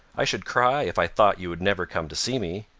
i should cry, if i thought you would never come to see me.